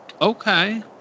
okay